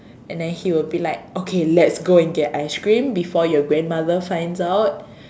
and then he will be like okay let's go and get ice cream before your grandmother finds out